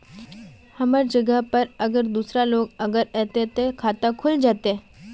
हमर जगह पर अगर दूसरा लोग अगर ऐते ते खाता खुल जते?